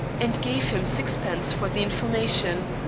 and gave him sixpence for the information.